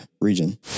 region